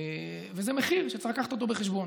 וזה מחיר שצריך להביא בחשבון.